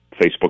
Facebook